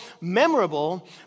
memorable